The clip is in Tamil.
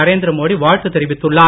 நரேந்திர மோடி வாழ்த்து தெரிவித்துள்ளார்